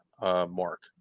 mark